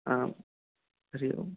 आं हरिः ओम्